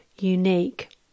unique